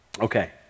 Okay